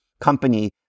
company